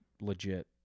legit